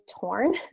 torn